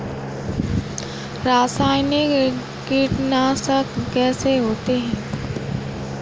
रासायनिक कीटनाशक कैसे होते हैं?